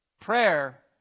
Prayer